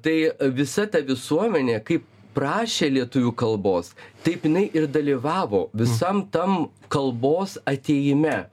tai visa ta visuomenė kaip prašė lietuvių kalbos taip jinai ir dalyvavo visam tam kalbos atėjime